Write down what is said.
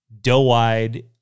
doe-eyed